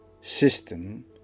system